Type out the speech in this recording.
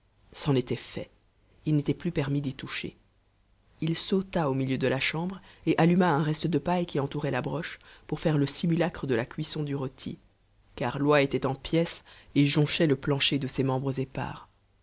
c'en était fait il n'était plus permis d'y toucher il sauta au milieu de la chambre et alluma un reste de paille qui entourait la broche pour faire le simulacre de la cuisson du rôti car l'oie était en pièces et jonchait le plancher de ses membres épars